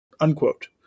Unquote